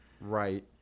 Right